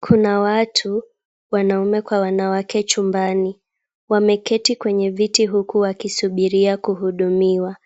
Kuna watu wanaume kwa wanawake chumbani. Wameketi kwenye viti huku wakisubiria kuhudumiwa.